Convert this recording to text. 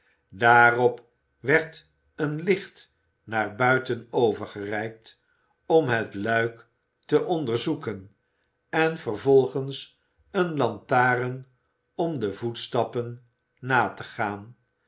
daarop werd een licht naar buiten overgereikt om het luik te onderzoeken en vervolgens een lantaren om de voetstappen na te gaan